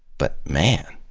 but man.